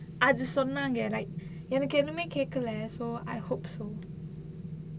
அது சொன்னாங்க:athu sonnaanga like எனக்கு ஒண்ணுமே கேக்கல:enakku onnumae kekkala so I hope so